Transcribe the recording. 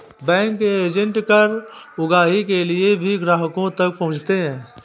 bank के agent कर उगाही के लिए भी ग्राहकों तक पहुंचते हैं